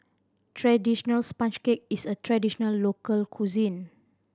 traditional sponge cake is a traditional local cuisine